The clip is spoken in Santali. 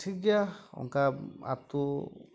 ᱴᱷᱤᱠ ᱜᱮᱭᱟ ᱚᱱᱠᱟ ᱟᱹᱛᱩ